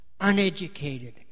uneducated